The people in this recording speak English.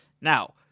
Now